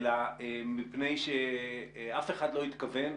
מפני שאף אחד לא התכוון,